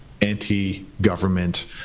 anti-government